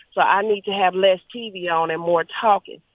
so i need to have less tv on and more talking.